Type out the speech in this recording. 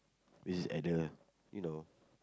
which is at the you know